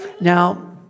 Now